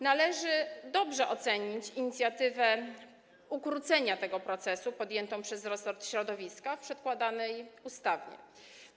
Należy dobrze ocenić inicjatywę ukrócenia tego procederu podjętą przez resort środowiska w przedkładanej ustawie.